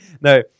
no